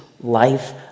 life